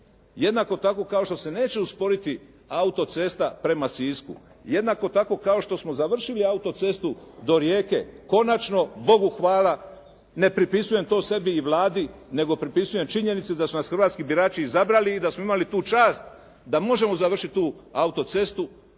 jednako tako kao što se neće usporiti autocesta prema Sisku, jednako tako kao što smo završili autocestu do Rijeke konačno Bogu hvala ne pripisujem to sebi i Vladi, nego pripisujem činjenici da su nas hrvatski birači izabrali i da smo imali tu čast da možemo završiti tu autocestu